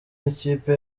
n’ikipe